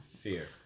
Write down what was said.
Fear